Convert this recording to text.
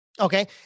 Okay